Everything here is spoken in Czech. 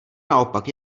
naopak